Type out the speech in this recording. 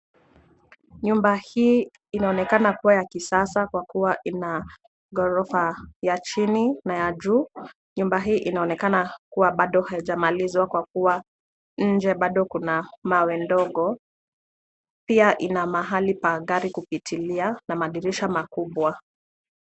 Nyumba hii inaonekana kuwa ya kisasa kwa kuwa Ina ghorofa ya chini na ya juu. Nyumba hii inaonekana kuwa bado haijamalizwa kwa kuwa nje bado kuna mawe ndogo. Pia ina mahali pa gari kupitilia na madirisha makubwa.